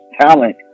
talent